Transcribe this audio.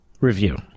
review